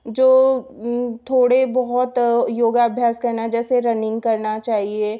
जो थोड़े बहुत योगाभ्यास करना जैसे रनिंग करना चाहिए